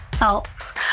else